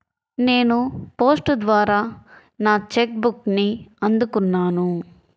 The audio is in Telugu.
నేను పోస్ట్ ద్వారా నా చెక్ బుక్ని అందుకున్నాను